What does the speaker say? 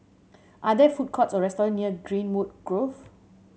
are there food courts or restaurants near Greenwood Grove